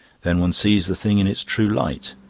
then one sees the thing in its true light.